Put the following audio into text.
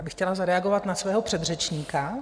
Já bych chtěla zareagovat na svého předřečníka.